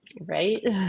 Right